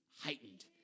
heightened